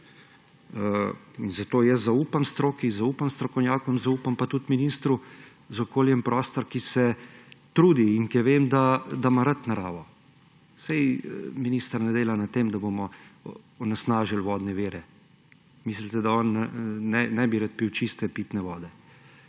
Tako jaz zaupam stroki, zaupam strokovnjakom, zaupam tudi ministru za okolje in prostor, ki se trudi, in vem, da ima rad naravo. Saj minister ne dela na tem, da bomo onesnažili vodne vire. Mislite, da on ne bi rad pil čiste pitne vode?